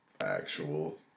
Actual